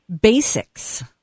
basics